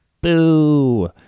boo